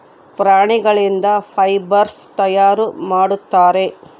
ಪ್ರಾಣಿಗಳಿಂದ ಫೈಬರ್ಸ್ ತಯಾರು ಮಾಡುತ್ತಾರೆ